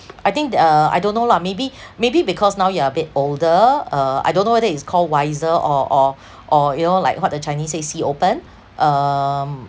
I think the uh I don't know lah maybe maybe because now you are a bit older uh I don't know whether it's called wiser or or or you know like what the chinese say see open um